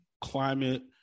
climate